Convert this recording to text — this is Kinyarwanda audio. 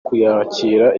kuyakira